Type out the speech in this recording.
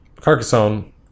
carcassonne